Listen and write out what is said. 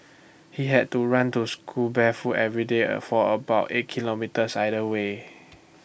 he had to run to school barefoot every day for about eight kilometres either way